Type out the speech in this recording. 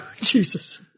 jesus